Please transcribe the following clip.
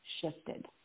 shifted